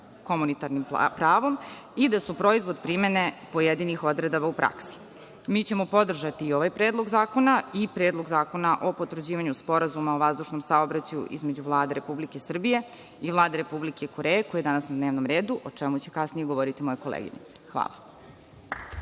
komunitarnim pravom i da su proizvod primene pojedinih odredaba u praksi. Mi ćemo podržati i ovaj Predlog zakona i Predlog zakona o potvrđivanju Sporazuma o vazdušnom saobraćaju između Vlade Republike Srbije i Vlade Republike Koreje, koji je danas na dnevnom redu, o čemu će kasnije govoriti moja koleginica. Hvala.